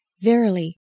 verily